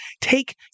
take